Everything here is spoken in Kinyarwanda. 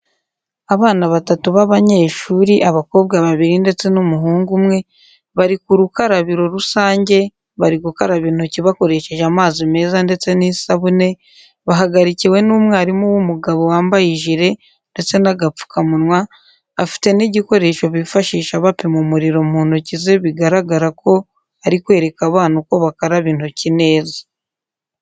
Abana batatu b'abanyeshuri, abakobwa babiri ndetse n'umuhungu umwe, bari ku rukarabiro rusange bari gukaraba intoki bakoresheje amazi meza ndetse n'isabune, bahagarikiwe n'umwarimu w'umugabo wambaye ijire ndetse n'agapfukamunwa, afite n'igikoresho bifashisha bapima umuriro mu ntoki ze bigaragara ko ari kwereka abana uko bakaraba intoki neza.